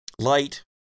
light